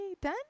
done